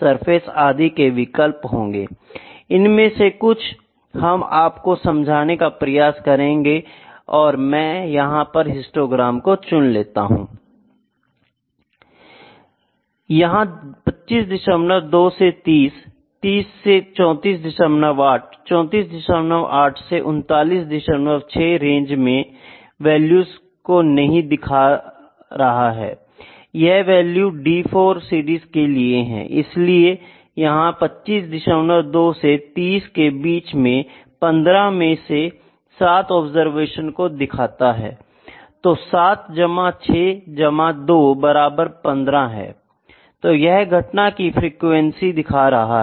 surface आदि के विकल्प होंगे I इनमें से कुछ को हम आपको समझाने का प्रयास करेंगे और मैं यहां से हिस्टोग्राम को चुन लेता हूं I यह 252 से 30 30 से 348 348 से 396 रेंज में वैल्यू को नहीं दिखा रहा है I यह वैल्यू D4 सीरीज के लिए है I इसलिए यह 252 से 30 के बीच में 15 में से 7 ऑब्जरवेशन को दिखाता है I तो 7 6 2 बराबर 15 है I तो यह घटना की फ्रीक्वेंसी दिखा रहा है